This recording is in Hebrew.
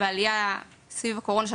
סביב הקורנה,